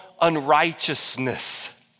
unrighteousness